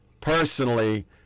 personally